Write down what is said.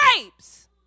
grapes